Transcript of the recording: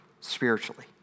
spiritually